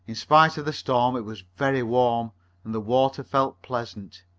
in spite of the storm it was very warm and the water felt pleasant.